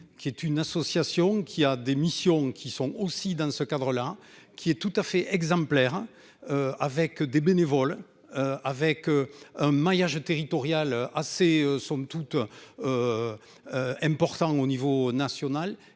qui est une association qui a des missions qui sont aussi dans ce cadre-là, qui est tout à fait exemplaire. Avec des bénévoles avec un maillage territorial assez somme toute. Important au niveau national